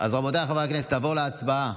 רבותיי חברי הכנסת, נעבור להצבעה.